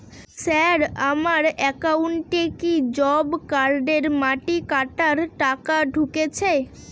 Sir আমার একাউন্টে কি জব কার্ডের মাটি কাটার টাকা ঢুকেছে?